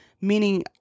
Meaning